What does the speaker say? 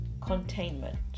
containment